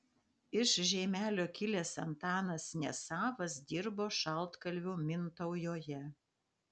iš žeimelio kilęs antanas nesavas dirbo šaltkalviu mintaujoje